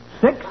six